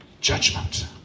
judgment